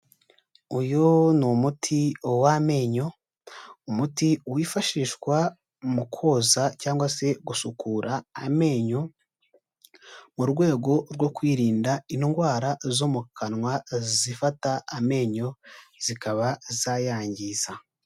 Uyu ni umuti w'amenyo. Umuti wifashishwa mu koza cyangwa se gusukura amenyo mu rwego rwo kwirinda indwara zo mu kanwa zifata amenyo zikaba zayangiza.